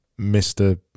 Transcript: mr